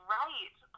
right